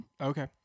Okay